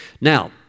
Now